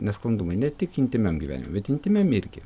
nesklandumai ne tik intymiam gyvenime bet intymiam irgi